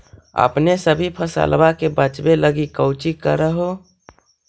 अपने सभी फसलबा के बच्बे लगी कौची कर हो?